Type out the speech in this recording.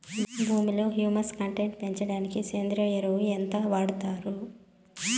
భూమిలో humus content పెంచడానికి సేంద్రియ ఎరువు ఎంత వాడుతారు